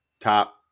top